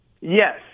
yes